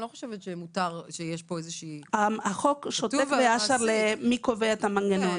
אני לא חושבת שיש פה איזושהי --- החוק שותק באשר למי קובע את המנגנון.